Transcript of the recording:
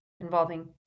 involving